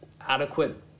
adequate